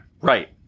Right